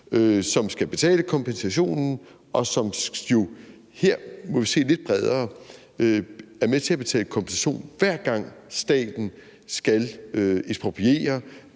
som skal betale kompensationen, og som jo, når vi ser på det lidt bredere, er med til at betale kompensation, hver gang staten skal ekspropriere